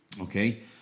Okay